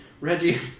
Reggie